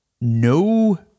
no